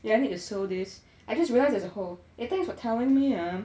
yeah I need to sew this I just realized there's a hole eh thanks for telling me ah